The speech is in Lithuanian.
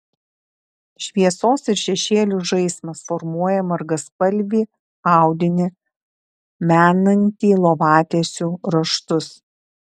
šviesos ir šešėlių žaismas formuoja margaspalvį audinį menantį lovatiesių raštus